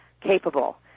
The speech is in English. capable